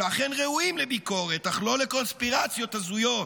שאכן ראויים לביקורת, אך לא לקונספירציות הזויות,